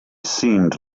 seemed